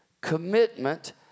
commitment